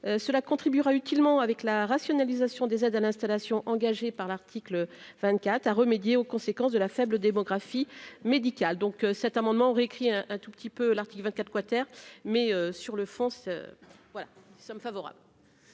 cela contribuera utilement avec la rationalisation des aides à l'installation engagée par l'article 24 à remédier aux conséquences de la faible démographie médicale donc cet amendement réécrit, hein, un tout petit peu, l'article 24 quater mais sur le fond, ce voilà ça me favorable.